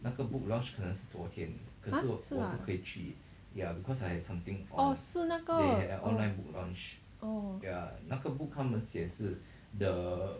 !huh! 是吗 oh 是那个 oh